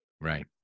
Right